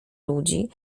ludzi